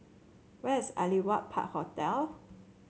where is Aliwal Park Hotel